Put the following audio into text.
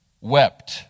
wept